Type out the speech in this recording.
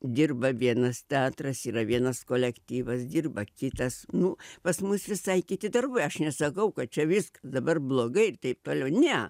dirba vienas teatras yra vienas kolektyvas dirba kitas nu pas mus visai kiti darbai aš nesakau kad čia viskas dabar blogai ir taip toliau ne